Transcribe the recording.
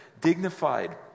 dignified